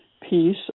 piece